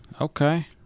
Okay